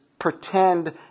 pretend